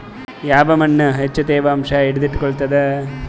ಯಾವ್ ಮಣ್ ಹೆಚ್ಚು ತೇವಾಂಶ ಹಿಡಿದಿಟ್ಟುಕೊಳ್ಳುತ್ತದ?